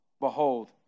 Behold